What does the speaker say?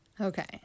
okay